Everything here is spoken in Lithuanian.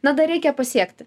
na dar reikia pasiekti